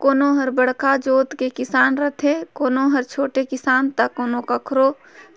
कोनो हर बड़का जोत के किसान रथे, कोनो हर छोटे किसान त कखरो